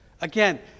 Again